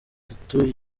itatu